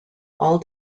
all